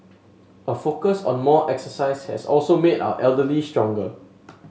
a focus on more exercise has also made our elderly stronger